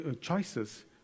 choices